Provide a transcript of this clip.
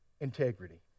integrity